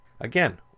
again